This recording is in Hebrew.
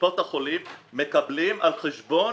קופות החולים, מקבלים על חשבון